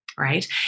Right